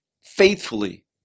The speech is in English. faithfully